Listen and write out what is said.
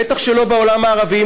בטח שלא בעולם הערבי,